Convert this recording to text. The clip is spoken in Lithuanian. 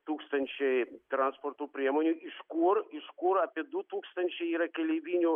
tūkstančiai transporto priemonių iš kur iš kur apie du tūkstančiai yra keleivinių